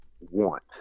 want